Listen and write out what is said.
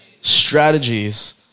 Strategies